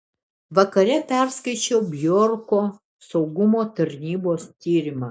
vakare perskaičiau bjorko saugumo tarnybos tyrimą